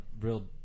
real